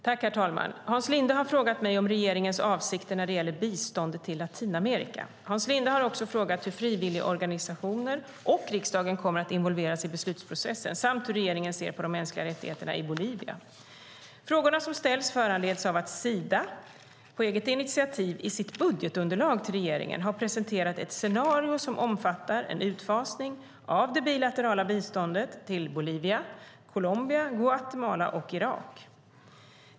Herr talman! Hans Linde har frågat mig om regeringens avsikter när det gäller biståndet till Latinamerika. Hans Linde har också frågat hur frivilligorganisationer och riksdagen kommer att involveras i beslutsprocessen och hur regeringen ser på de mänskliga rättigheterna i Bolivia. Frågorna som ställs föranleds av att Sida, på eget initiativ, i sitt budgetunderlag till regeringen har presenterat ett scenario som omfattar en utfasning av det bilaterala biståndet till Bolivia, Colombia, Guatemala och Irak.